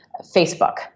Facebook